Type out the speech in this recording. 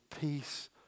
peace